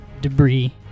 debris